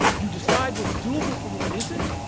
you decide what's doable from what isn't,